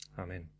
Amen